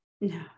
no